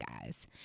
guys